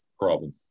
problem